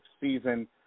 season